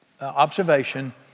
observation